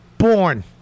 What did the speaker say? born